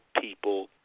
people